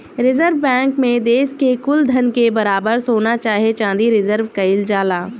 reserve Bank मे देश के कुल धन के बराबर सोना चाहे चाँदी रिजर्व केइल जाला